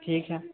ٹھیک ہے